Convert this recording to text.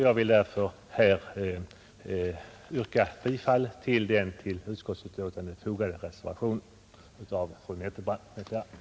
Jag ber därför att få yrka bifall till den vid utskottets betänkande fogade reservationen av fru Nettelbrandt m.fl.